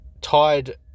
tied